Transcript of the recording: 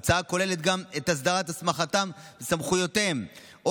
ההצעה כוללת גם את הסדרת הסמכתם וסמכויותיהם של הפרמדיקים,